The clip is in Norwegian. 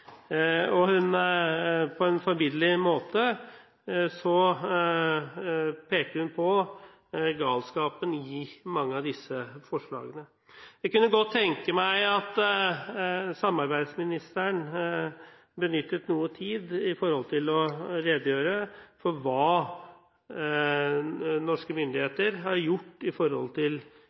På en forbilledlig måte pekte hun på galskapen i mange av disse hindringene. Jeg kunne godt tenke meg at samarbeidsministeren benyttet noe tid til å redegjøre for hva norske myndigheter har gjort med tanke på de punktene som Sveriges handelsminister pekte på i den artikkelen. Til